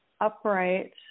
upright